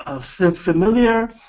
familiar